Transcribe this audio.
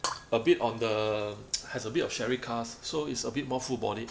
a bit on the has a bit of sherry cask so it's a bit more full bodied